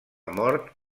mort